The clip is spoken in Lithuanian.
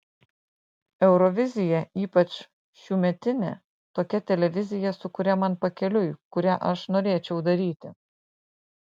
eurovizija ypač šiųmetinė tokia televizija su kuria man pakeliui kurią aš norėčiau daryti